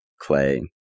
Clay